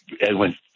Edwin